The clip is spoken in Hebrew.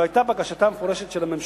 זו היתה בקשתה המפורשת של הממשלה.